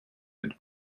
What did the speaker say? could